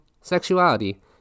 sexuality